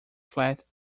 flat